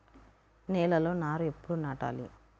నేలలో నారు ఎప్పుడు నాటాలి?